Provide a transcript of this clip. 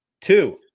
Two